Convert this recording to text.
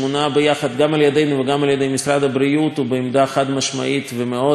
על-ידינו וגם על-ידי משרד הבריאות בעמדה חד-משמעית ומאוד מאוד ביקורתית